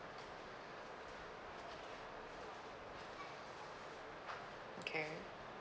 okay